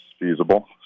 feasible